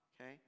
okay